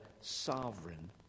sovereign